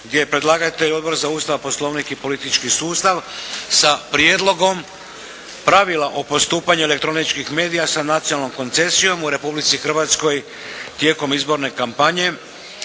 predlagatelj Odbor za Ustav, poslovnik i politički sustav sa - Prijedlogom pravila o postupanju elektroničkih s nacionalnom koncesijom u Republici Hrvatskoj tijekom izborne promidžbe,